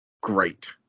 Great